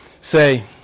say